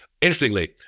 Interestingly